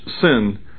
sin